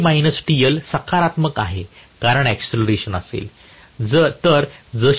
Te TL सकारात्मक आहे कारण एकसिलरेशन असेल